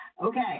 okay